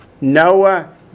Noah